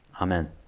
Amen